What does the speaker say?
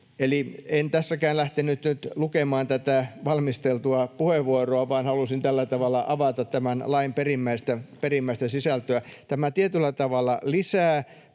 En tässäkään lähtenyt lukemaan valmisteltua puheenvuoroa, vaan halusin tällä tavalla avata tämän lain perimmäistä sisältöä. Tämä tietyllä tavalla lisää